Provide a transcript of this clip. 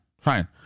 Fine